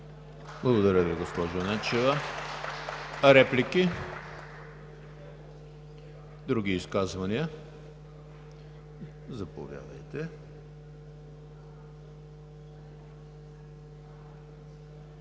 Благодаря Ви, госпожо Ненчева. Реплики? Други изказвания? Заповядайте.